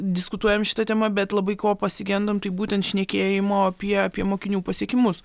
diskutuojam šita tema bet labai ko pasigendam tai būtent šnekėjimo apie apie mokinių pasiekimus